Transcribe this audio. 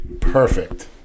perfect